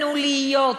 לא חדש.